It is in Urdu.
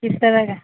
کس طرح کا